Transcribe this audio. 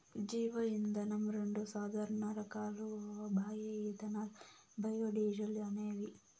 జీవ ఇంధనం రెండు సాధారణ రకాలు బయో ఇథనాల్, బయోడీజల్ అనేవి